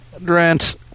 Drent